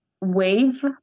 wave